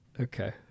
okay